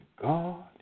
God